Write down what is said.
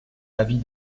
avis